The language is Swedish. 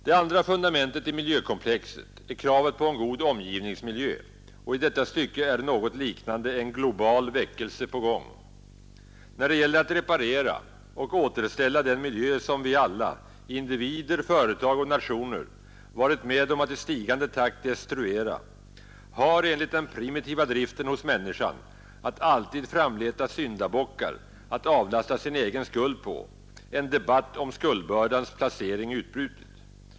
Det andra fundamentet i miljökomplexet är kravet på en god omgivningsmiljö, och i detta stycke är något liknande en global väckelse på gång. När det gäller att reparera och återställa den miljö som vi alla, individer, företag och nationer, varit med om att i stigande takt destruera har, enligt den primitiva driften hos människan att alltid framleta syndabockar att avlasta sin egen skuld på, en debatt om skuldbördans placering utbrutit.